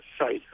site